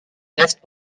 restent